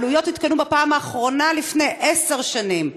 העלויות עודכנו בפעם האחרונה לפני עשר שנים.